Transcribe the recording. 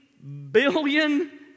billion